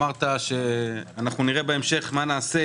אמרת שנראה בהמשך מה נעשה,